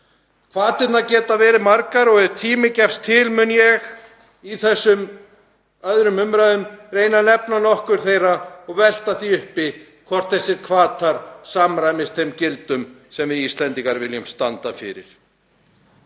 Hvatarnir geta verið margir og ef tími gefst til mun ég í þessari 2. umr. reyna að nefna nokkra þeirra og velta því upp hvort þessir hvatar samræmast þeim gildum sem við Íslendingar viljum standa fyrir.